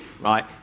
right